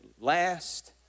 last